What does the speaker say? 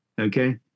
okay